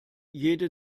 jede